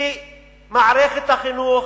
כי מערכת החינוך